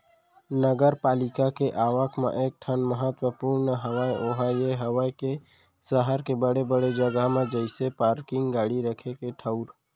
नगरपालिका के आवक म एक ठन महत्वपूर्न हवय ओहा ये हवय के सहर के बड़े बड़े जगा म जइसे पारकिंग गाड़ी रखे के ठऊर